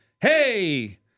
hey